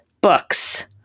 books